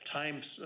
times